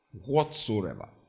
whatsoever